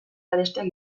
garestiak